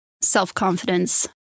self-confidence